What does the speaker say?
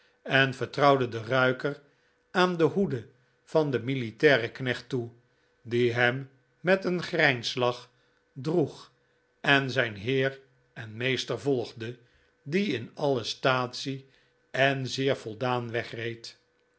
en vertrouwde den ruiker aan de hoede van den militairen knecht toe die hem met een grijnslach droeg en zijn heer en meester volgde die in alle statie en'zeer zelfvoldaan wegreed